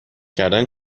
کردن